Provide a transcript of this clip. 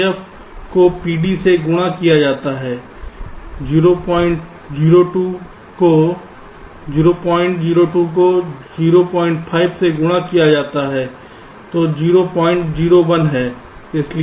PF को PD से गुणा किया जाता है 002 को 05 से गुणा किया जाता है 001